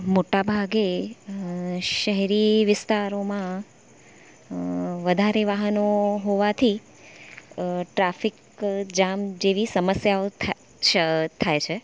મોટાભાગે શેહરી વિસ્તારોમાં વધારે વાહનો હોવાથી ટ્રાફિક જામ જેવી સમસ્યાઓ થા થાય છે